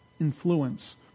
influence